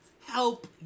help